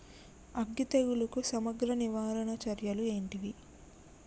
అగ్గి తెగులుకు సమగ్ర నివారణ చర్యలు ఏంటివి?